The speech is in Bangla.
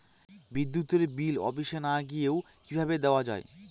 বিদ্যুতের বিল অফিসে না গিয়েও কিভাবে দেওয়া য়ায়?